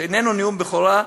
שאיננו נאום בכורה,